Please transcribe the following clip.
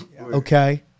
okay